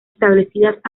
establecidas